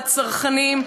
הצרכנים,